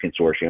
consortium